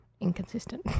inconsistent